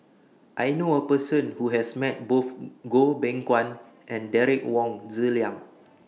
I knew A Person Who has Met Both Goh Beng Kwan and Derek Wong Zi Liang